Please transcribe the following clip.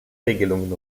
regelungen